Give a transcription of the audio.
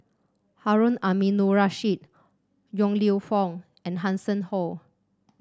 Harun Aminurrashid Yong Lew Foong and Hanson Ho